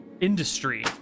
industry